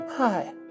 Hi